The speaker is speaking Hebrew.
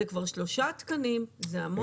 זה כבר שלושה תקנים, זה המון עומס.